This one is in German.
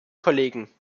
kollegen